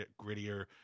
grittier